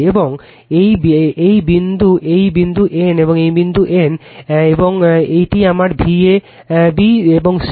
এবং এই বিন্দু এই বিন্দু N এই বিন্দু N এবং এই কি কল এই আমার v a b এবং c